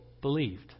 believed